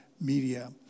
media